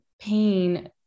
pain